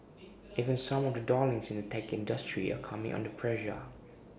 even some of the darlings in the tech industry are coming under pressure